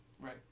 Right